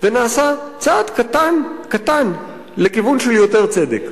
ונעשה צעד קטן, קטן, לכיוון של יותר צדק.